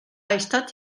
estat